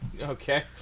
Okay